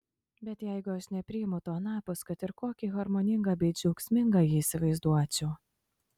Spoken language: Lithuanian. bet jeigu aš nepriimu to anapus kad ir kokį harmoningą bei džiaugsmingą jį įsivaizduočiau